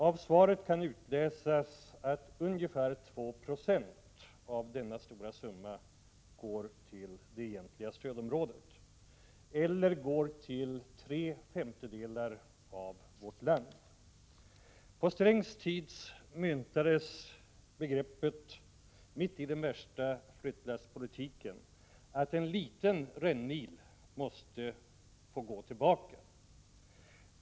Av svaret kan utläsas att ungefär 2 96 av denna stora summa satsas i det egentliga stödområdet, eller i tre femtedelar av vårt land. På Strängs tid, mitt i den period då flyttlasspolitiken var som värst, myntades begreppet: En liten rännil måste få gå tillbaka.